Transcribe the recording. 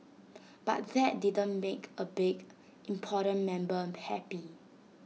but that didn't make A big important member happy